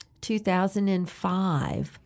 2005